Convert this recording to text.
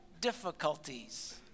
difficulties